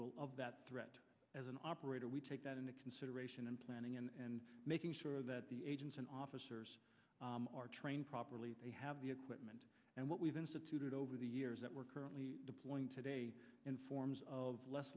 will of that threat as an operator we take that into consideration in planning and making sure that the agents and officers are trained properly they have the equipment and what we've instituted over the years that we're currently deploying today in forms of less